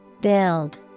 Build